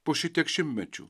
po šitiek šimtmečių